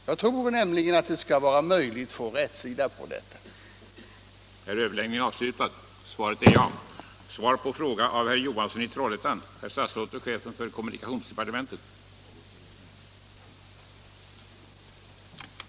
Jag tror nämligen att det skall vara möjligt att få rätsida på detta problem.